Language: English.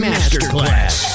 Masterclass